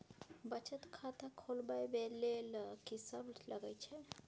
बचत खाता खोलवैबे ले ल की सब लगे छै?